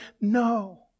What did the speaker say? No